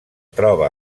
troba